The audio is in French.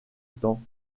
temps